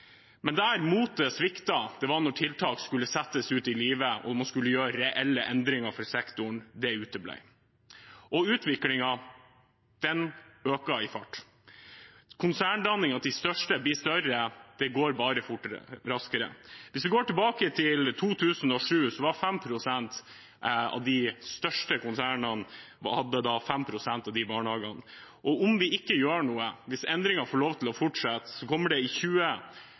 tiltak skulle settes ut i live og man skulle gjøre reelle endringer for sektoren – det uteble. Farten på utviklingen har økt. Konserndanningen – at det største blir større – går bare raskere. Hvis vi går tilbake til 2007, var 5 pst. av barnehagene innenfor de største konsernene. Om vi ikke gjør noe og endringen får lov til å fortsette, mener Telemarksforskning at over 50 pst. av barnehagene kommer til å være innenfor noen få og store konserner i